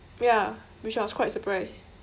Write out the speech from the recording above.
ya which I was quite surprised